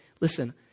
listen